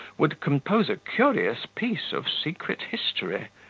would compose a curious piece of secret history,